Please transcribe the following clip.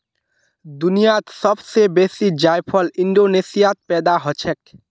दुनियात सब स बेसी जायफल इंडोनेशियात पैदा हछेक